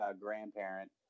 grandparent